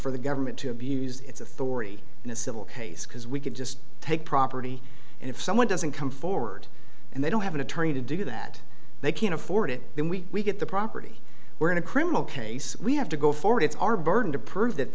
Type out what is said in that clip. for the government to abuse its authority in a civil case because we could just take property and if someone doesn't come forward and they don't have an attorney to do that they can afford it then we get the property we're in a criminal case we have to go forward it's our burden to prove that